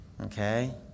Okay